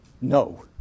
No